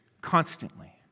Constantly